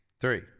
Three